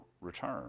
return